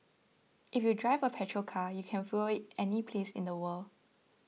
if you drive a petrol car you can fuel it any place in the world